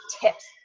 tips